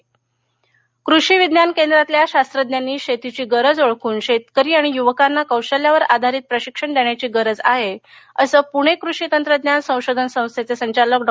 प्रशिक्षण जालना कृषी विज्ञान केंद्रातल्या शास्त्रज्ञांनी शेतीची गरज ओळखून शेतकरी आणि युवकांना कौशल्यावर आधारित प्रशिक्षण देण्याची गरज आहे असं पूणे कृषी तंत्रज्ञान संशोधन संस्थेचे संचालक डॉ